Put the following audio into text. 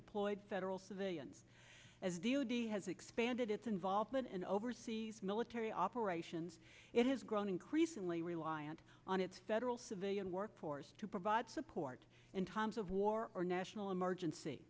deployed federal civilian as d o d has expanded its involvement in overseas military operations it has grown increasingly reliant on its federal civilian workforce to provide support in times of war or national emergency